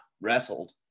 wrestled